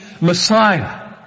Messiah